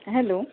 hello